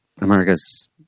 America's